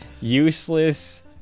useless